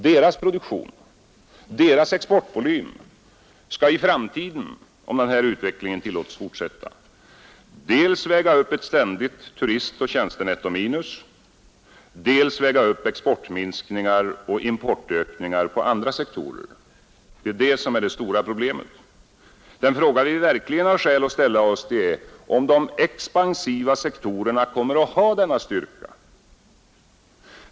Deras produktion och deras exportvolym skall i framtiden om den här utvecklingen tillåtes fortsätta dels väga upp ett ständigt turistoch tjänstenettominus, dels väga upp exportminskningar och importökningar på andra sektorer. Det är det stora problemet. Den fråga vi verkligen har skäl att ställa oss är, om de expansiva sektorerna kommer att ha denna styrka.